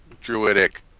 druidic